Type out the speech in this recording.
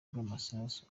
rw’amasasu